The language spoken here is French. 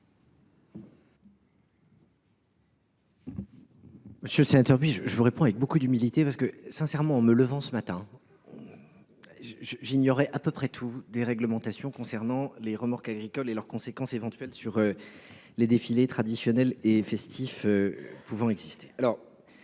Monsieur le sénateur Buis, je vous réponds avec beaucoup d’humilité, car, à dire le vrai, en me levant ce matin, j’ignorais à peu près tout des réglementations concernant les remorques agricoles et de leurs conséquences éventuelles sur les défilés traditionnels et festifs. Voici l’état